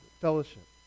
fellowship